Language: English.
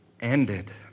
ended